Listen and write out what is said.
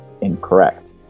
incorrect